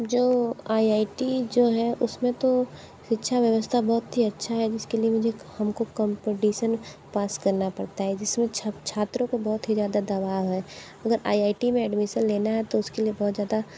जो I I T जो है उसमें तो शिक्षा व्यवस्था बहुत ही अच्छा है जिस के लिए मुझे हम को कम्पाटीसन पास करना पड़ता है जिस में छात्रों को बहुत ही ज़्यादा दबाव है अगर आई आई टी में एडमिसन लेना है तो उस के लिए बहोत ज़्यादा